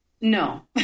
no